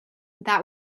that